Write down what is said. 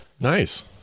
Nice